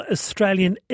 Australian